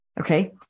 Okay